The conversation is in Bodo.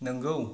नोंगौ